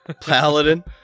paladin